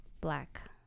Black